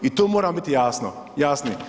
I tu moramo biti jasni.